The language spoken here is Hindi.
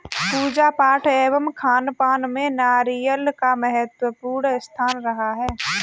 पूजा पाठ एवं खानपान में नारियल का महत्वपूर्ण स्थान रहा है